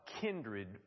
kindred